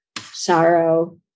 sorrow